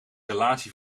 relatie